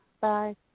Bye